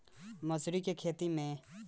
मसुरी के खेती में सिंचाई कब और कैसे होला?